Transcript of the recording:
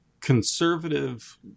conservative